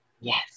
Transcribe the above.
yes